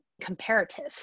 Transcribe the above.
comparative